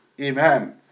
Amen